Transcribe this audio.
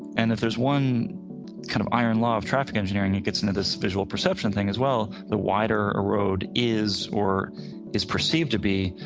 and if there's one kind of iron law of traffic engineering that gets into this visual perception thing as well, the wider a road is or is perceived to be,